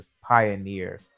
pioneer